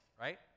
right